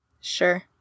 Sure